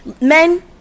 Men